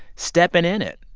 stepping in it.